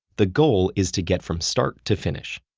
the goal is to get from start to finish.